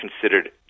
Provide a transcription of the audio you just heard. considered